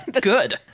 good